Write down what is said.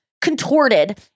contorted